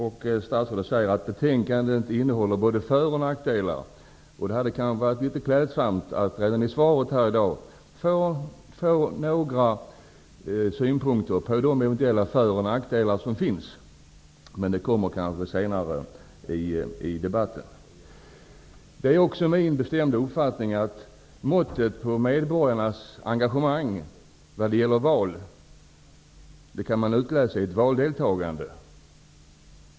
Statsrådet säger att betänkandet innehåller både för och nackdelar. Det hade varit klädsamt om vi i statsrådets svar i dag skulle ha fått några synpunkter på de eventuella för och nackdelar som finns. Men det kommer kanske senare i debatten. Det är också min bestämda uppfattning att måttet på medborgarnas engagemang i ett val kan utläsas av valdeltagandet.